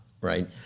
right